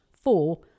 Four